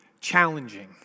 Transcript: challenging